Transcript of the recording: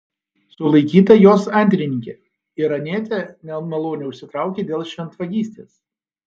sulaikyta jos antrininkė iranietė nemalonę užsitraukė dėl šventvagystės